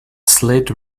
slid